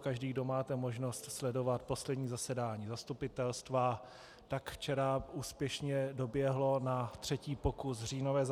Každý, kdo máte možnost sledovat poslední zasedání zastupitelstva, tak včera úspěšně doběhlo na třetí pokus říjnové